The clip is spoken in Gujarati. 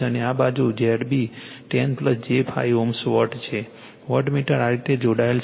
અને આ બાજુ ZB 10 j 5 Ω વોટ છે વોટમીટર આ રીતે જોડાયેલ છે